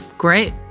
Great